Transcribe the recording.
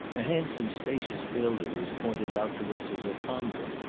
a handsome spacious building was pointed out to us as a convent,